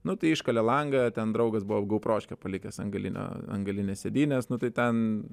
nu tai iškalė langą ten draugas buvo gou proškę palikęs ant galinio ant galinės sėdynės nu tai ten